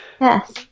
Yes